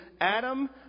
Adam